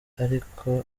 ariko